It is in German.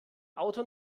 auto